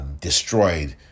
destroyed